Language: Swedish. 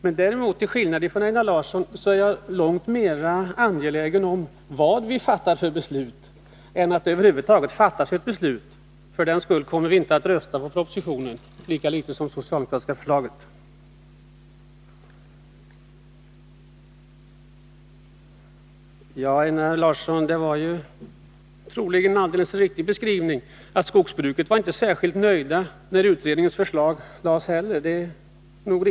Men till skillnad från Einar Larsson är jag långt mera intresserad av vilket beslut vi kommer att fatta än att det över huvud taget fattas ett beslut — och för den skull kommer vi inte att rösta på propositionen, lika litet som på det socialdemokratiska förslaget. Det var troligen en alldeles riktig beskrivning att man inom skogsbruket inte heller när utredningsförslaget lades fram var särskilt nöjd.